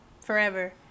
forever